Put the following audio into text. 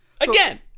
Again